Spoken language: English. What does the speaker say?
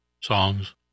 songs